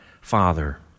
Father